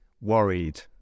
worried